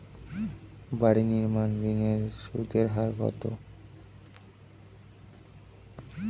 বাড়ি নির্মাণ ঋণের সুদের হার কত?